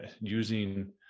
using